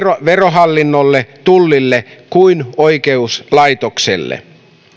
verohallinnolle tullille kuin oikeuslaitokselle